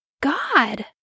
God